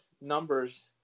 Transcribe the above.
numbers